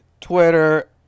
Twitter